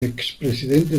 expresidente